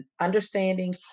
understanding